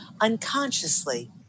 unconsciously